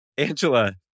Angela